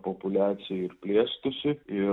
populiacija ir plėstųsi ir